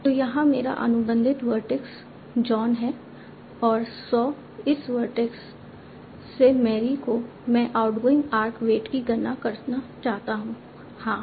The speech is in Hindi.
तो यहाँ मेरा अनुबंधित वर्टेक्स जॉन है और सॉ इस वर्टेक्स से मैरी को मैं आउटगोइंग आर्क वेट की गणना करना चाहता हूं हाँ